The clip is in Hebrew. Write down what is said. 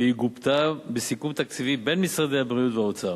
וגובתה בסיכום תקציבי בין משרדי הבריאות והאוצר.